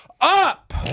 up